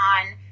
on